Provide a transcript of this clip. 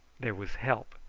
there was help,